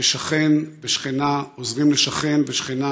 ששכן ושכנה עוזרים לשכן ושכנה,